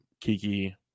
Kiki